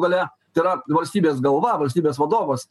gale tėra valstybės galva valstybės vadovas